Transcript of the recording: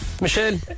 Michelle